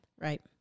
right